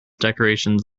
decorations